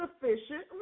sufficient